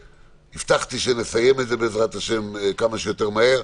הבטחתי שנסיים את זה בעזרת השם כמה שיותר מהר.